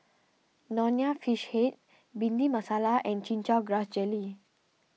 Nonya Fish Head Bhindi Masala and Chin Chow Grass Jelly